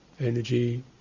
energy